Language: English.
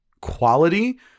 quality